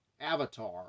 avatar